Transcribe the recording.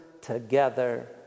together